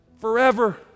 forever